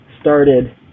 started